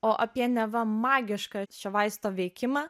o apie neva magišką šio vaisto veikimą